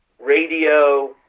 radio